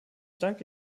danke